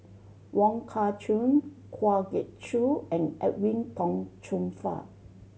Wong Kah Chun Kwa Geok Choo and Edwin Tong Chun Fai